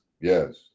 Yes